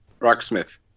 Rocksmith